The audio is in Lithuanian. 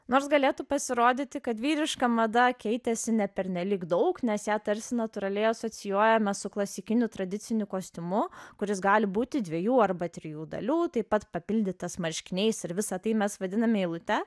nors galėtų pasirodyti kad vyriška mada keitėsi ne pernelyg daug nes ją tarsi natūraliai asocijuojame su klasikiniu tradiciniu kostiumu kuris gali būti dviejų arba trijų dalių taip pat papildytas marškiniais ir visa tai mes vadinam eilute